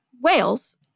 whales